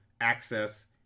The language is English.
access